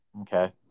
okay